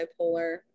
bipolar